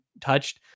touched